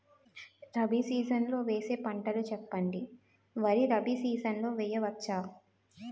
Rabi season లో వేసే పంటలు చెప్పండి? వరి రబీ సీజన్ లో వేయ వచ్చా?